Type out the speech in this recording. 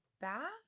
bath